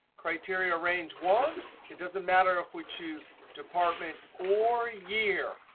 criteria range one it doesn't matter if we choose department or year.